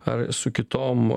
ar su kitom